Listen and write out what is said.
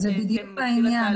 זה בדיוק העניין.